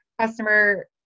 customer